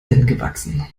gewachsen